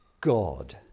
God